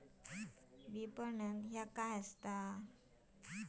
विपणन ह्या काय असा?